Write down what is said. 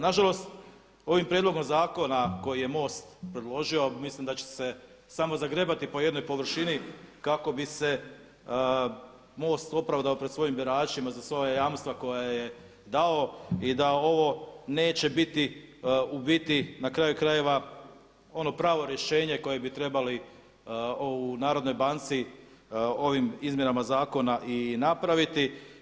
Nažalost ovim prijedlogom zakona koji je MOST predložio, a mislim da će se samo zagrebati po jednoj površini kako bi se MOST opravdao pred svojim biračima za svoja jamstva koja je dao i da ovo neće biti u biti na kraju krajeva ono pravo rješenje koje bi trebali u Narodnoj banci ovim izmjenama zakona i napraviti.